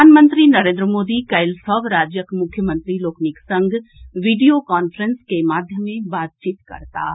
प्रधानमंत्री नरेन्द्र मोदी काल्हि सभ राज्यक मुख्यमंत्री लोकनिक संग वीडियो कांफ्रेंस के माध्यमे बातचीत करताह